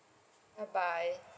bye bye